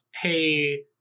hey